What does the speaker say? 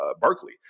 Berkeley